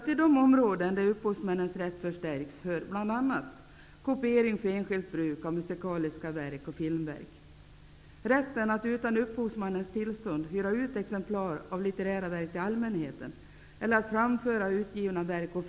Till de områden där upphovsmännens rätt förstärks hör bl.a. kopieringen för enskilt bruk av musikaliska verk och filmverk.